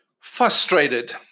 frustrated